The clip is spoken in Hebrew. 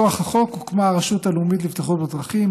מכוח החוק הוקמה הרשות הלאומית לבטיחות בדרכים,